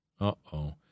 Uh-oh